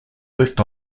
worked